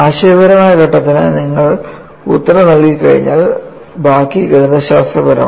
ആശയപരമായ ഘട്ടത്തിന് നിങ്ങൾ ഉത്തരം നൽകികഴിഞ്ഞാൽ ബാക്കി ഗണിതശാസ്ത്രമാണ്